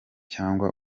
cyangwa